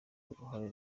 uruhare